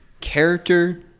character